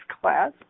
class